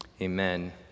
Amen